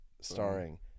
Starring